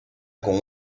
con